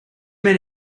men